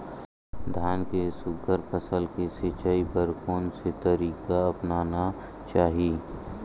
धान के सुघ्घर फसल के सिचाई बर कोन से तरीका अपनाना चाहि?